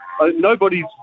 Nobody's